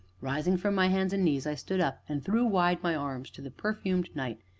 rising from my hands and knees, i stood up and threw wide my arms to the perfumed night,